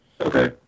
Okay